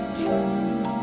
true